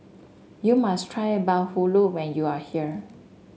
you must try Bahulu when you are here